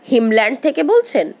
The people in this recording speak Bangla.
হিমল্যান্ড থেকে বলছেন